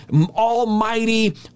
almighty